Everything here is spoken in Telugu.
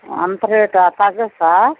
అంత రేటా తగ్గదా సార్